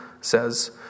says